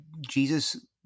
Jesus